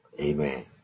Amen